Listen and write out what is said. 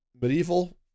medieval